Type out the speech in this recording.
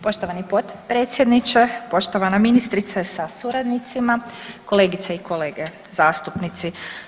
Poštovani potpredsjedniče, poštovana ministrice sa suradnicima, kolegice i kolege zastupnici.